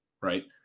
right